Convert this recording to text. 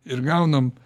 ir gaunam